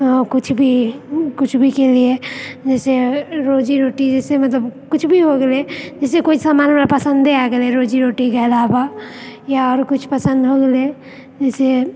कुछ भी कुछ भी के लिए जैसे रोजीरोटी जैसे मतलब कुछ भी हो गेलै जैसे कोइ समान हमरा पसन्दे आ गेलै रोजीरोटी के आलावा या आरो कुछ पसन्द हो गेलै जैसे